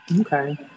Okay